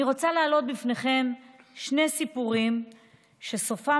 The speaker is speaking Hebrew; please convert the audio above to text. אני רוצה להעלות בפניכם שני סיפורים שסופם